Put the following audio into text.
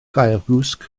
gaeafgwsg